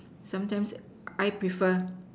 sometimes I prefer